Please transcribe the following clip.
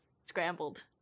Scrambled